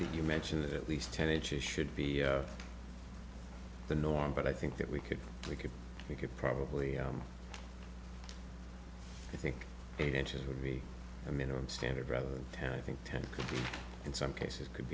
you mentioned at least ten inches should be the norm but i think that we could we could we could probably i think eight inches would be a minimum standard rather than ten i think ten in some cases could